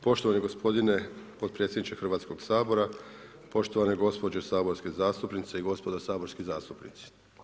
Poštovani gospodine potpredsjedniče Hrvatskog sabora, poštovane gospođe saborske zastupnice i gospodo saborski zastupnici.